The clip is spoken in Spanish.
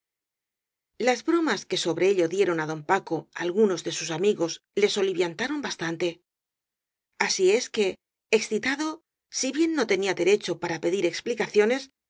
las bromas que sobre ello dieron á don paco algunos de sus amigos le soliviantaron bastante así es que excitado si bien no tenía derecho para pedir explicaciones